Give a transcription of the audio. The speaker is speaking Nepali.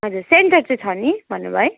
हजुर सेन्टर चाहिँ छ नि भन्नुभयो है